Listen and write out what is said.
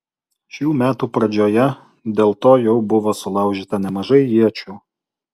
šių metų pradžioje dėl to jau buvo sulaužyta nemažai iečių